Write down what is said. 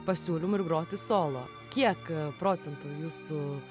pasiūlymų ir groti solo kiek procentų jūsų